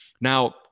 Now